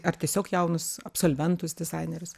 ar tiesiog jaunus absolventus dizainerius